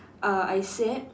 uh I said